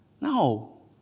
No